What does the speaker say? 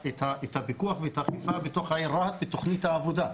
הפיקוח ואת האכיפה בתוך העיר רק בתכנית העבודה,